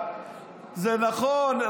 זה נכון,